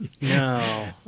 No